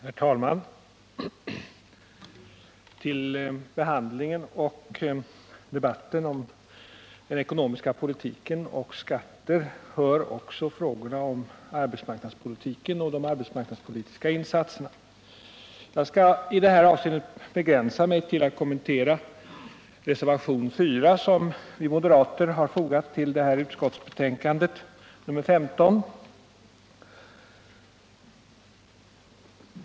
Herr talman! Till behandlingen av och debatten om den ekonomiska politiken och skatterna hör också frågorna om de arbetsmarknadspolitiska insatserna. Jag skall i detta anförande begränsa mig till att kommentera reservationen 4 som vi moderater har fogat vid arbetsmarknadsutskottets betänkande nr 15.